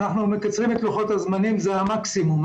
מקצרים את לוחות הזמנים, וזה המקסימום.